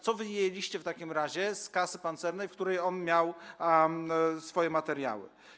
Co wyjęliście w takim razie z kasy pancernej, w której on miał swoje materiały?